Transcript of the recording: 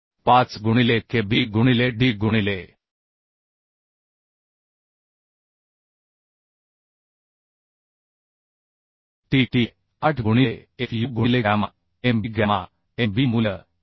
5 गुणिले K b गुणिले d गुणिले T T हे 8 गुणिले f u गुणिले gamma m b gamma m b मूल्य 1